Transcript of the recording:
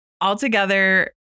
Altogether